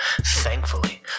Thankfully